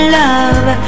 love